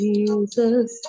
Jesus